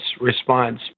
response